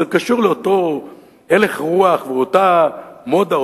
זה קשור לאותו הלך רוח ולאותה מודה,